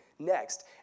Next